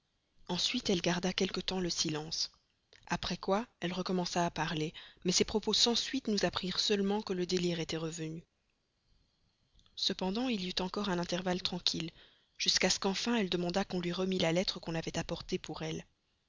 ensuite elle garda quelque temps le silence après quoi elle recommença à parler mais ses propos sans suite nous apprirent seulement que le délire était revenu cependant il y eut encore un intervalle tranquille jusqu'à ce qu'enfin elle demanda qu'on lui remît la lettre qu'on avait apportée pour elle